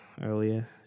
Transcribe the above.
earlier